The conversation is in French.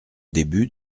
début